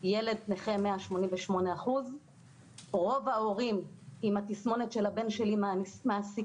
ילד נכה 188%. רוב ההורים עם התסמונת של הבן שלי מעסיקים